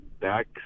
back